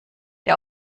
der